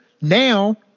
Now